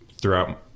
throughout